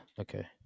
okay